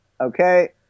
Okay